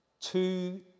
Two